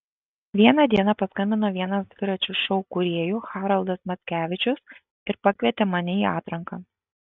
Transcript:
vieną dieną paskambino vienas dviračio šou kūrėjų haroldas mackevičius ir pakvietė mane į atranką